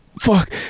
fuck